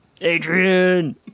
Adrian